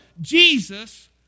Jesus